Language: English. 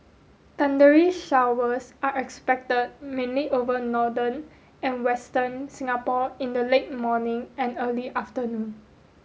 thundery showers are expect mainly over northern and western Singapore in the late morning and early afternoon